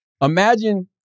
Imagine